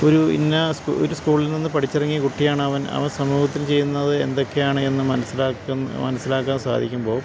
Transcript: ഒരു ഇന്ന ഒരു സ്കൂളിൽ നിന്നു പഠിച്ചിറങ്ങിയ കുട്ടിയാണ് അവൻ അവൻ സമൂഹത്തിൽ ചെയ്യുന്നത് എന്തൊക്കെയാണ് എന്നു മനസ്സിലാക്കാന് സാധിക്കുമ്പോള്